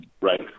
Right